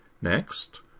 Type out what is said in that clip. Next